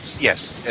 Yes